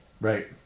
Right